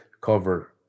cover